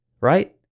right